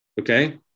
Okay